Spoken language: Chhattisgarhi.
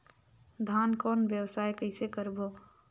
धान कौन व्यवसाय कइसे करबो?